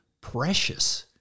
precious